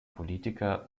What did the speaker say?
politiker